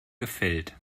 gefällt